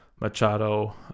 Machado